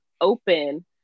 open